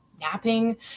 napping